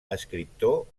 escriptor